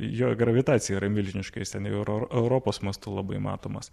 jo gravitacija yra milžiniška jis ten euro europos mastu labai matomas